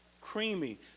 creamy